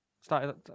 started